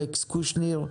אלכס קושניר,